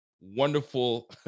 wonderful